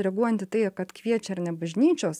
reaguojant į tai kad kviečia ar ne bažnyčios